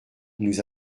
nous